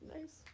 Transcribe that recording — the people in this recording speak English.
Nice